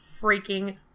freaking